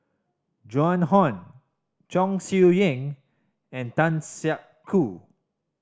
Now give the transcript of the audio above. Joan Hon Chong Siew Ying and Tan Siak Kew